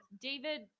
David